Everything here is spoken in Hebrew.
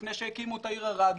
לפני שהקימו את העיר ערד,